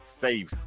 safe